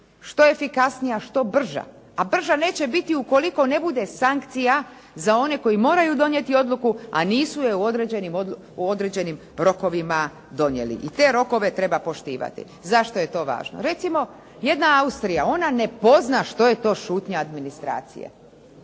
što efikasnija, što brža, a brža neće biti ukoliko ne bude sankcija za one koji moraju donijeti odluku a nisu je u određenim rokovima donijeli. I te rokove treba poštivati. Zašto je to važno? Recimo jedna Austrija. Ona ne pozna što je to šutnja administracije.